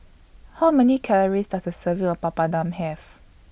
How Many Calories Does A Serving of Papadum Have